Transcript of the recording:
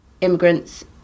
Immigrants